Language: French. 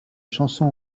chanson